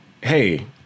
hey